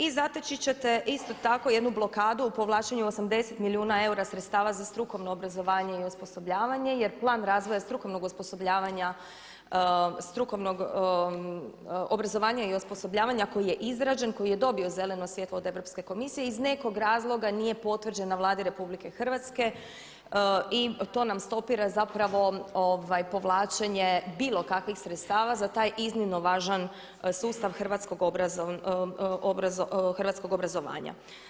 I zateći ćete isto tako jednu blokadu o povlaćenju 80 milijuna eura sredstava za strukovno obrazovanje i osposobljavanje jer plan razvoja strukovnog osposobljavanja, strukovnog obrazovanja i osposobljavanja koji je izrađen i koji je dobio zeleno sredstvo od Europske komisije iz nekog razloga nije potvrđena Vladi RH i to nam stopira zapravo povlačenje bilo kakvih sredstava za taj iznimno važan sustav hrvatskog obrazovanja.